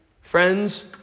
Friends